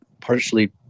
partially